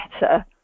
better